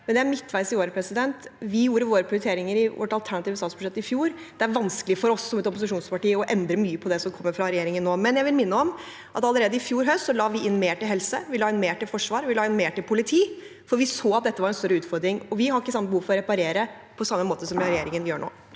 men vi er midtveis i året. Vi gjorde våre prioriteringer i vårt alternative statsbudsjett i fjor. Det er vanskelig for oss som et opposisjonsparti å endre mye på det som kommer fra regjeringen nå. Men jeg vil minne om at allerede i fjor høst la vi inn mer til helse, vi la inn mer til forsvar, og vi la inn mer til politi, for vi så at dette var en større utfordring. Vi har ikke behov for å reparere på samme måte som regjeringen gjør nå.